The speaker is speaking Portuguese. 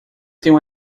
tenho